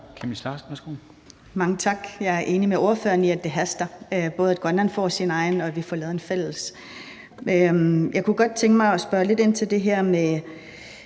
Mange tak. Jeg er enig med ordføreren i, at det haster, både at Grønland får sin egen strategi, og at vi får lavet en fælles arktisk strategi. Jeg kunne godt tænke mig at spørge lidt ind til det her med